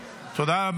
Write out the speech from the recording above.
אתה לא שווה,